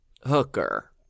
hooker